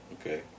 okay